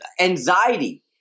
anxiety